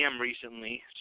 recently